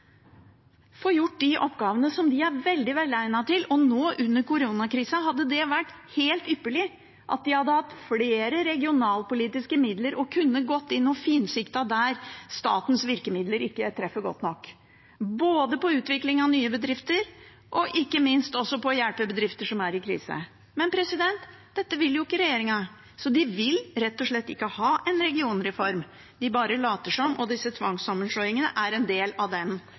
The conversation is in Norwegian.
få gjort de oppgavene som de er veldig velegnet til. Og nå, under koronakrisen, hadde det vært helt ypperlig at de hadde hatt flere regionalpolitiske midler og kunne gått inn og finsiktet der statens virkemidler ikke treffer godt nok, både på utvikling av nye bedrifter og ikke minst også på å hjelpe bedrifter som er i krise. Men dette vil ikke regjeringen. De vil rett og slett ikke ha en regionreform. De bare later som, og disse tvangssammenslåingene er en del av den